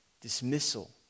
dismissal